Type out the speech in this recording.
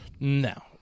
No